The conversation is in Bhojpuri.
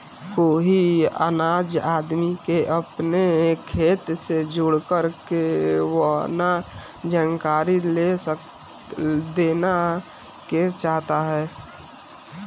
केहू अनजान आदमी के अपनी खाता से जुड़ल कवनो जानकारी ना देवे के चाही